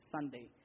Sunday